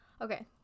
Okay